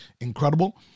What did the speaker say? incredible